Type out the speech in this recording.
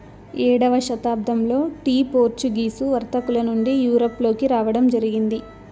ఏడవ శతాబ్దంలో tea Portuguese వర్తకుల నుండి యూరప్ లోకి రావడం జరిగింది